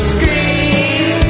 Scream